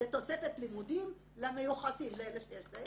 זה תוספת לימודים למיוחסים, לאלה שיש להם.